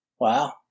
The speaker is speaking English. Wow